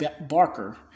Barker